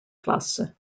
classe